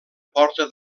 porta